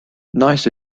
nice